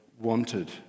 wanted